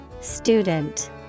student